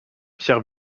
pierre